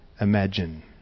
imagine